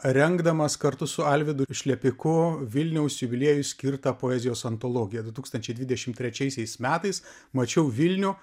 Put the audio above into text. rengdamas kartu su alvydu šlepiku vilniaus jubiliejui skirtą poezijos antologiją du tūkstančiai dvidešim trečiaisiais metais mačiau vilnių